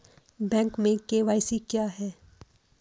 Bank में KYC क्या है?